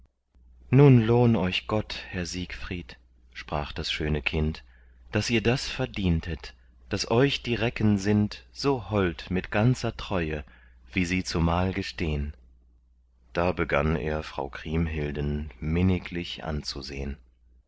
nun lohn euch gott herr siegfried sprach das schöne kind daß ihr das verdientet daß euch die recken sind so hold mit ganzer treue wie sie zumal gestehn da begann er frau kriemhilden minniglich anzusehn